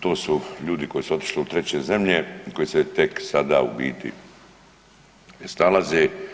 To su ljudi koji su otišli u treće zemlje, koji se tek sada u biti snalaze.